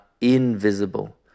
invisible